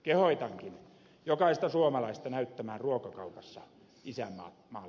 kehotankin jokaista suomalaista näyttämään ruokakaupassa isänmaallisuutensa